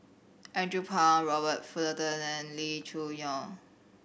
Andrew Phang Robert Fullerton and Lee Choo Neo